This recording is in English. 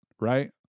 right